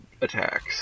attacks